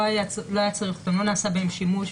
לא נעשה בהן שימוש.